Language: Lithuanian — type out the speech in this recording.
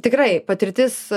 tikrai patirtis